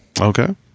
Okay